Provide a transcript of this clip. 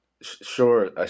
sure